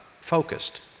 focused